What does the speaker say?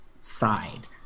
side